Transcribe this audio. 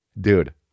Dude